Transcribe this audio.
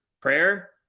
prayer